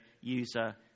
user